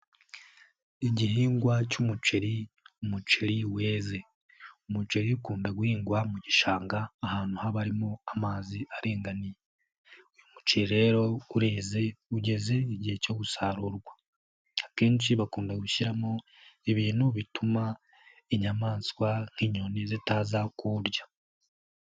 Igihingwa cy'umuceri umuceri weze, umuceri ukunda guhingwa mu gishanga ahantu haba harimo amazi aringaniye uyu muceri rero ureze ugeze igihe cyo gusarurwa, akenshi bakunda gushyiramo ibintu bituma inyamaswa nk'inyoni zitaza kurya.